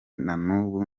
nanubu